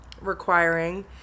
requiring